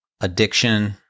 addiction